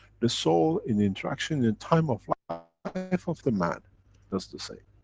the soul in interaction in time of life of the man does the same.